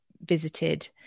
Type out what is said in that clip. visited